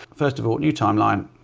first of all, new timeline.